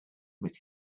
with